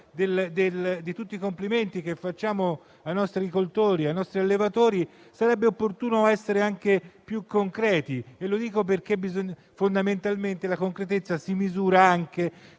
di tutti i complimenti che facciamo ai nostri agricoltori e ai nostri allevatori, sarebbe opportuno essere anche più concreti, perché fondamentalmente la concretezza si misura anche